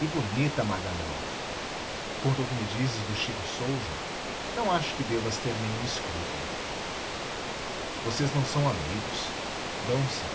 e bonita maganão quanto ao que me dizes do chico sousa não acho que devas ter nenhum escrúpulo vocês não são amigos dão se